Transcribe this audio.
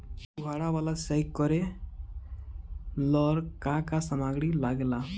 फ़ुहारा वाला सिचाई करे लर का का समाग्री लागे ला?